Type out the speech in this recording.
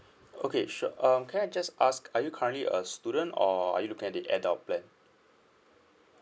okay sure um can I just ask are you currently a student or are you looking at the adult plan